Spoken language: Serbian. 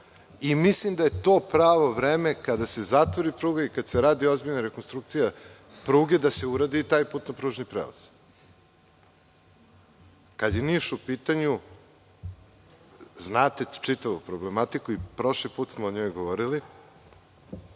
i mislim da je to pravo vreme, kada se zatvori pruga i kada se radne neke ozbiljne rekonstrukcije pruge, da se uradi i taj putno pružni prelaz. Kada je Niš u pitanju znate čitavu problematiku i prošli put smo o njoj govorili.